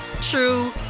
true